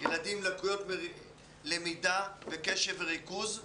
ילדים עם לקויות למידה וקשב וריכוז.